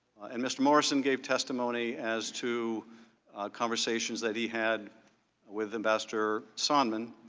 and mr. morrison gave testimony as to conversations that he had with ambassador sort of and